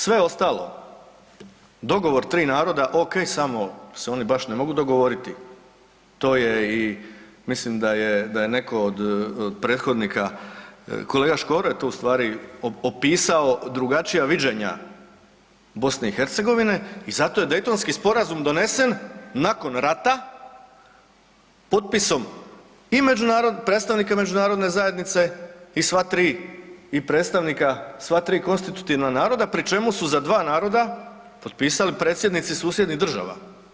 Sve ostalo, dogovor tri naroda, ok, samo se oni baš ne mogu dogovoriti to je i, mislim da je netko od prethodnika kolega Škoro je to u stvari opisao drugačija viđenja BiH i zato je Dejtonski sporazum donesen nakon rata potpisom i predstavnika međunarodne zajednice i sva tri, i predstavnika sva tri konstitutivna naroda pri čemu su za dva naroda potpisali predsjednici susjednih država.